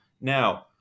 Now